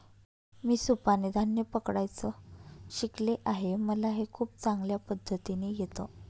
मी सुपाने धान्य पकडायचं शिकले आहे मला हे खूप चांगल्या पद्धतीने येत